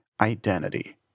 identity